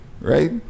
right